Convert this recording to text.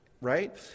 right